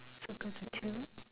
circle the tail